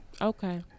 Okay